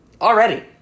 Already